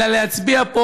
אלא להצביע פה.